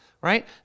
right